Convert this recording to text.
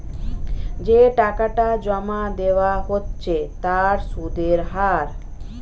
যে টাকাটা জমা দেওয়া হচ্ছে তার সুদের হার